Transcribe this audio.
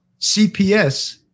CPS